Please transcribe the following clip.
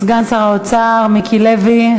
סגן שר האוצר מיקי לוי,